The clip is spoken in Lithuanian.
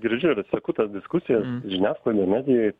girdžiu ir seku tas diskusijas žiniasklaidoj medijoj